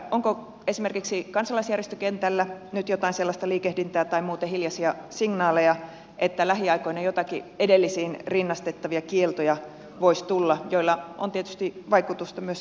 onko esimerkiksi kansalaisjärjestökentällä nyt jotain sellaista liikehdintää tai muuten hiljaisia signaaleja että lähiaikoina voisi tulla joitakin edellisiin rinnastettavia kieltoja joilla on tietysti vaikutusta myös sitten meidän puolustussuunnitteluumme